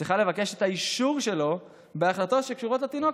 צריכה לבקש את האישור שלו בהחלטות שקשורות לתינוק